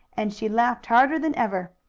and she laughed harder than ever.